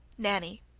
nanny,